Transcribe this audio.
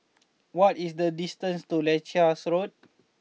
what is the distance to Leuchars Road